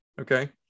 Okay